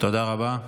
תודה רבה.